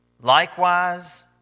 Likewise